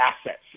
assets